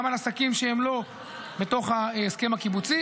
על עסקים שהם לא בתוך ההסכם הקיבוצי.